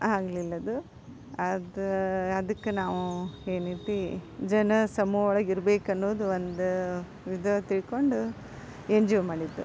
ಆಗ್ಲಿಲ್ಲದು ಅದ ಅದಕ್ಕೆ ನಾವು ಏನೈತೆ ಜನ ಸಮೂಹ ಒಳಗಿರಬೇಕನ್ನೋದು ಒಂದು ಇದು ತಿಳಕೊಂಡು ಎನ್ ಜಿ ಒ ಮಾಡಿದ್ದು